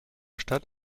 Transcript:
stadt